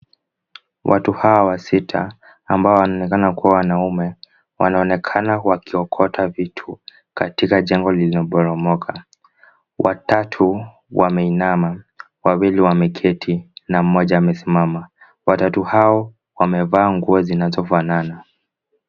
Watu hawa sita ambao wanaonekana kuwa wanaume, wanaonekana wakiokota vitu katika jengo lililoboromoka. Watatu wameinama, wawili wameketi na mmoja amesimama. Watatu hao wamevaa nguo zinazofanana.